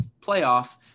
playoff